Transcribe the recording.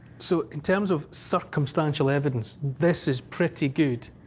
so, in terms of circumstantial evidence, this is pretty good.